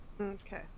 Okay